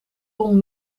ton